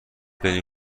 بریم